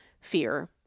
fear